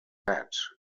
that